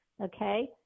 okay